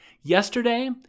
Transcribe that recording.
Yesterday